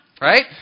Right